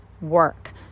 work